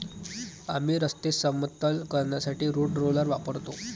आम्ही रस्ते समतल करण्यासाठी रोड रोलर वापरतो